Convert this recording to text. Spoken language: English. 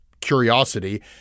curiosity